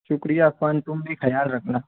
شکریہ عفان تم بھی خیال رکھنا